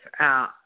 out